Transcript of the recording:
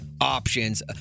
options